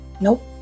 Nope